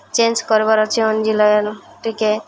change କରିବାର ଅଛି engine oil ଟିକେ